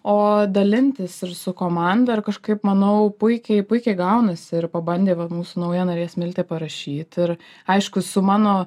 o dalintis ir su komanda ir kažkaip manau puikiai puikiai gaunasi ir pabandė va mūsų nauja narė smiltė parašyt ir aišku su mano